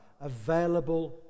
available